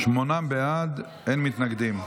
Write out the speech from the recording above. שמונה בעד, אין מתנגדים.